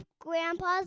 Grandpa's